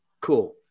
cool